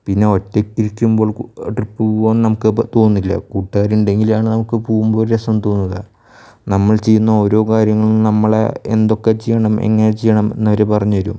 പിന്നെ ഒറ്റയ്ക്കിരിക്കുമ്പോൾ ട്രിപ്പ് പോകാൻ നമുക്ക് ഇപ്പം തോന്നില്ല കൂട്ടുകാർ ഉണ്ടെങ്കിൽ നമുക്ക് പോകുമ്പോൾ ഒരു രസം തോന്നുക നമ്മൾ ചെയ്യുന്ന ഓരോ കാര്യങ്ങളും നമ്മളെ എന്തൊക്കെ ചെയ്യണം എങ്ങനെ ചെയ്യണം എന്ന് അവര് പറഞ്ഞ് തരും